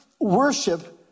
worship